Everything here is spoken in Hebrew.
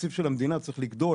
התקציב של המדינה צריך לגדול,